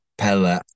pella